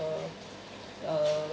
uh uh